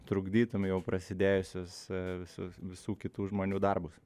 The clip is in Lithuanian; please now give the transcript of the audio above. trukdytum jau prasidėjusius su visų kitų žmonių darbus